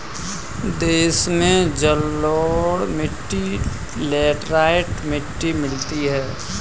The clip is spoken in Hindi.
देश में जलोढ़ मिट्टी लेटराइट मिट्टी मिलती है